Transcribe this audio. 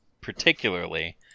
particularly